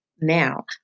Now